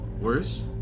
Worse